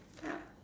yup